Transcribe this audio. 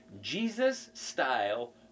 Jesus-style